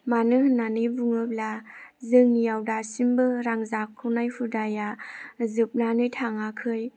मानो होननानै बुङोब्ला जोंनियाव दासिमबो रां जाख्ल'नाय हुदाया जोबनानै थाङाखै